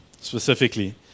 specifically